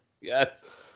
Yes